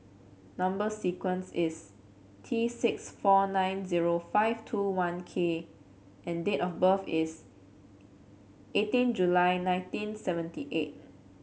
number sequence is T six four nine zero five two one K and date of birth is eighteen July nineteen seventy eight